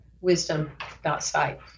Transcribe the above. wisdom.site